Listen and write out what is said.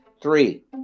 Three